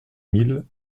mille